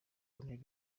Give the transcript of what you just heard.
col